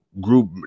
group